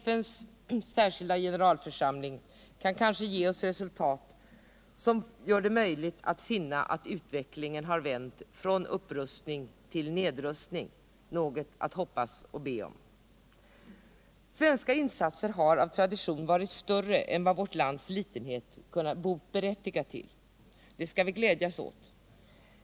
FN:s särskilda generalförsamling kan kanske ge oss resultat som gör det möjligt att finna att utvecklingen har vänt från upprustning till nedrustning — något att hoppas på och be om. Svenska insatser har av tradition varit större än vad vårt lands litenhet kunnat berättiga till. Det skall vi glädjas åt.